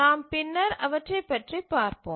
நாம் பின்னர் அவற்றைப் பற்றி பார்ப்போம்